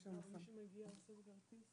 אנחנו ממשיכים בדיוני